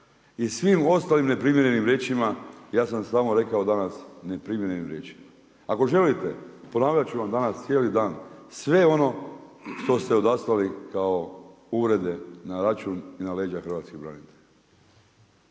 i svim ostalim neprimjerenim riječima, ja sam samo rekao danas, ne primjerenim riječima. Ako želite, ponavljati ću vam danas cijeli dan sve ono što ste odaslali kao uvrede na račun i na leđa hrvatskih branitelja.